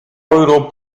euro